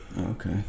okay